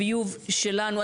הביוב שלנו,